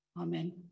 Amen